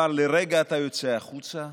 אבל לרגע אתה יוצא החוצה,